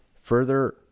Further